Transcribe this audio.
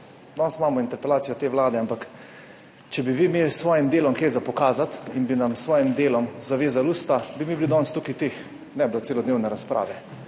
Danes imamo interpelacijo te vlade, ampak če bi vi imeli s svojim delom kaj za pokazati in bi nam s svojim delom zavezali usta, bi mi bili danes tukaj tiho, ne bi bilo celodnevne razprave.